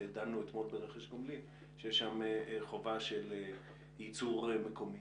ודנו אתמול ברכש גומלין של ייצור מקומי.